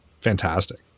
fantastic